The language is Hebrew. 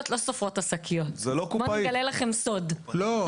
הקופאית בסופר - אני אורזת ולא היא.